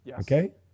okay